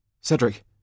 Cedric